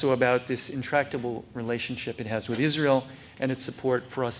also about this intractable relationship it has with israel and its support for